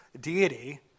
deity